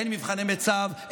אין מבחני מיצ"ב,